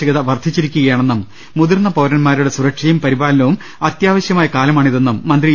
ശൃകത വർദ്ധിച്ചിരിക്കുകയാണെന്നും മുതിർന്ന പൌരന്മാരുടെ സുരക്ഷയും പരി പാലനവും അത്യാവശ്യമായ കാലമാണിതെന്നും മന്ത്രി ഇ